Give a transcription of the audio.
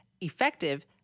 effective